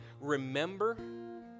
remember